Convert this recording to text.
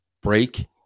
break